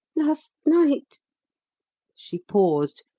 last night she paused,